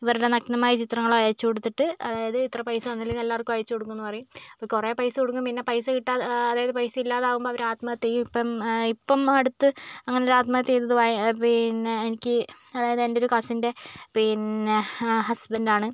ഇവരുടെ നഗ്നമായ ചിത്രങ്ങള് അയച്ചുകൊടുത്തിട്ടു അതായത് ഇത്ര പൈസ തന്നില്ലെങ്കില് എല്ലാവർക്കും അയച്ചുകൊടുക്കും എന്ന് പറയും കുറെ പൈസ കൊടുക്കും പിന്നെ പൈസ കിട്ടാതെ അതായത് പൈസ ഇല്ലാതാവുമ്പോൾ അവര് ആത്മഹത്യ ചെയ്യും ഇപ്പം ഇപ്പം അടുത്ത് അങ്ങനെ ഒരു ആത്മഹത്യ ചെയ്തത് എനിക്ക് പിന്നെ എനിക്ക് അതായത് എൻ്റെ ഒരു കസിൻ്റെ പിന്നെ ഹസ്ബണ്ട് ആണ്